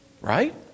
right